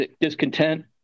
Discontent